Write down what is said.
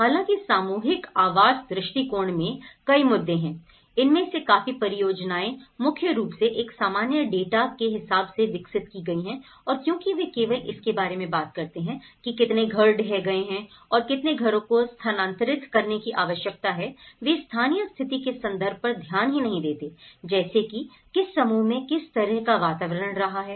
हालांकि सामूहिक आवास दृष्टिकोण में कई मुद्दे हैं इनमें से काफी परियोजनाएं मुख्य रूप से एक सामान्य डेटा के हिसाब से विकसित की गई है और क्योंकि वे केवल इसके बारे में बात करते हैं की कितने घर ढह गए हैं और कितने घरों को स्थानांतरित करने की आवश्यकता है वे स्थानीय स्थिति के संदर्भ पर ध्यान ही नहीं देते जैसे कि किस समूह में किस तरह का वातावरण रहा है